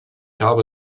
habe